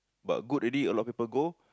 but good already a lot of people go